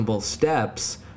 steps